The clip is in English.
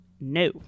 No